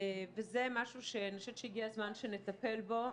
וזה משהו שאני חושבת שהגיע הזמן שנטפל בו.